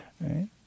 right